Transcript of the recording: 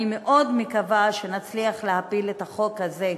אני מאוד מקווה שנצליח להפיל את החוק הזה.